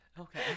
okay